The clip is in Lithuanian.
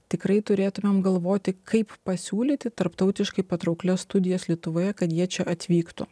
tikrai turėtumėm galvoti kaip pasiūlyti tarptautiškai patrauklias studijas lietuvoje kad jie čia atvyktų